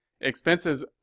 expenses